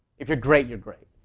if you're great, you're great.